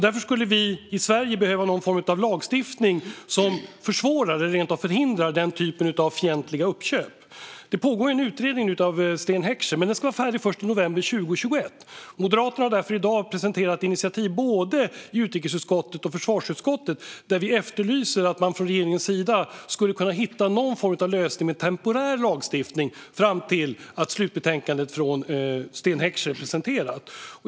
Därför skulle vi i Sverige behöva en lagstiftning som försvårar eller rent av förhindrar fientliga uppköp av sådant slag. Just nu pågår en utredning som utförs av Sten Heckscher, men den ska vara färdig först i november 2021. Moderaterna har därför i dag presenterat initiativ i både utrikesutskottet och försvarsutskottet. Vi efterlyser där att regeringen ska försöka hitta en lösning med temporär lagstiftning fram till att slutbetänkandet från Sten Heckscher har presenterats.